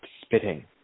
spitting